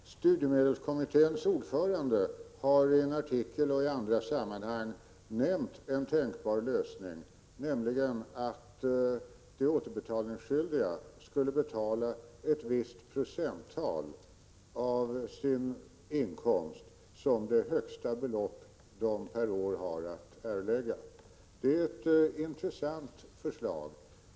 Herr talman! Studiemedelskommitténs ordförande har i en artikel och i andra sammanhang nämnt en tänkbar lösning, nämligen att de återbetalningsskyldiga skulle betala ett visst procenttal av sin inkomst som det högsta belopp de per år har att erlägga. Det är ett intressant förslag.